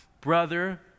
brother